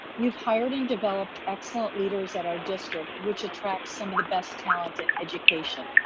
you've hired and developed excellent leaders at our district which attracts some of the best talent in education,